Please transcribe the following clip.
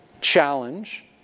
challenge